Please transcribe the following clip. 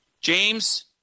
James